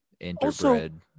interbred